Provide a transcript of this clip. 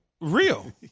Real